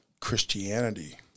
Christianity